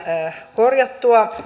korjattua